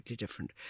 different